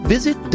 Visit